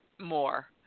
more